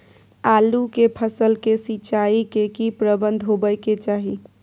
आलू के फसल के सिंचाई के की प्रबंध होबय के चाही?